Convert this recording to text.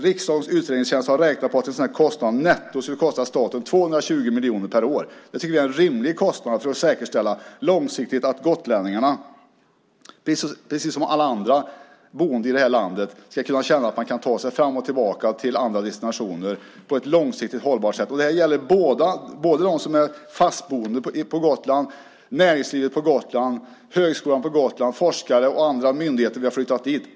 Riksdagens utredningstjänst har räknat fram att det netto skulle kosta staten 220 miljoner per år. Jag tycker att det är en rimlig kostnad för att långsiktigt säkerställa att gotlänningarna, precis som alla andra som bor i landet, ska känna att man kan ta sig till andra delar av landet och tillbaka på ett långsiktigt hållbart sätt. Det gäller de fastboende och näringslivet på Gotland, forskare, Högskolan på Gotland och myndigheter som vi har flyttat dit.